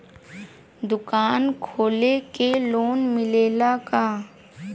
दुकान खोले के लोन मिलेला का?